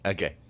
Okay